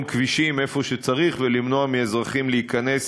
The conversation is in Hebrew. כבישים היכן שצריך ולמנוע מאזרחים להיכנס